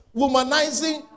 womanizing